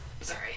sorry